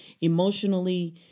emotionally